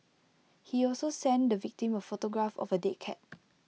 he also sent the victim A photograph of A dead cat